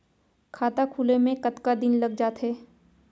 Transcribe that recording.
खाता खुले में कतका दिन लग जथे?